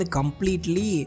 completely